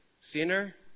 sinner